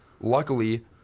luckily